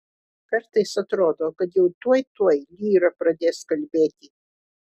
kartais atrodo kad jau tuoj tuoj lyra pradės kalbėti